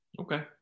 Okay